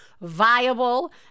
viable